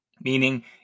meaning